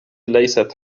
ليست